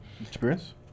experience